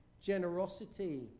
generosity